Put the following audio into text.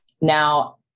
Now